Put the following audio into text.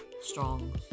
strong